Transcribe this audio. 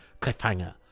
cliffhanger